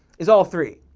is all three.